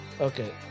Okay